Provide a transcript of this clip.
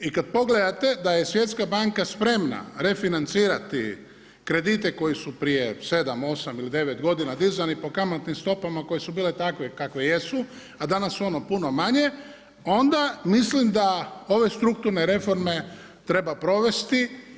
I kad pogledate, da je Svijetska banka spremna refinancirati kredite koji su prije 7, 8 ili 9 godina dizani po kamatnim stopama, koje su bile takve kakve jesu, a danas su oni puno manje, onda mislim da ove strukturne reforme treba provesti.